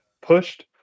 pushed